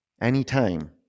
anytime